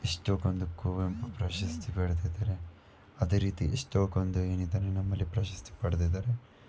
ಎಷ್ಟೋ ಒಂದು ಕುವೆಂಪು ಪ್ರಶಸ್ತಿ ಪಡೆದಿದ್ದಾರೆ ಅದೇ ರೀತಿ ಎಷ್ಟಕ್ಕೊಂದು ಏನಿದೆ ನಮ್ಮಲ್ಲಿ ಪ್ರಶಸ್ತಿ ಪಡೆದಿದ್ದಾರೆ